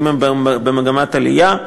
האם הם במגמת עלייה,